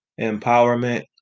empowerment